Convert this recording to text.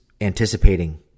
anticipating